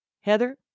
Heather